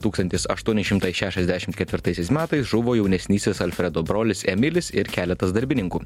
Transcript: tūkstantis aštuoni šimtai šešiasdešim ketvitaisiais metais žuvo jaunesnysis alfredo brolis emilis ir keletas darbininkų